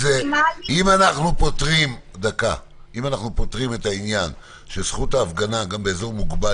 אנחנו פותרים את העניין שזכות ההפגנה גם באזור מוגבל